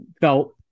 felt